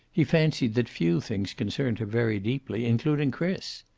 he fancied that few things concerned her very deeply, including chris.